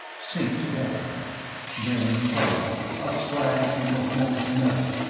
sink together then puddled, a slag heap of molten metal,